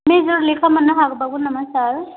मेज'र लेखा मोननो हाबावगोन नामा सार